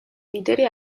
ლიდერი